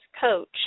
Coach